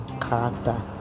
character